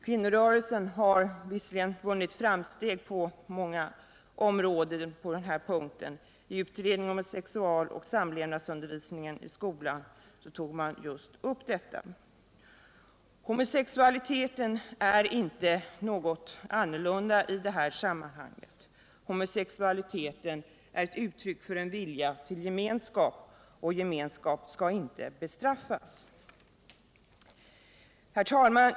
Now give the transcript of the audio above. Kvinnorörelsen har visserligen vunnit framsteg på många områden. Utredningen om sexualoch samlevnadsundervisningen i skolan tog just upp 79 detta. Homosexualiteten är inte något annorlunda i detta sammanhang. Homosexualiteten är ett uttryck för en vilja till gemenskap, och gemenskap skall inte bestraffas. Herr talman!